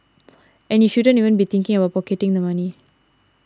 and you shouldn't even be thinking about pocketing the money